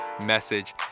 message